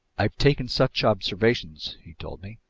i've taken such observations, he told me,